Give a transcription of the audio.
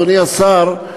אדוני השר,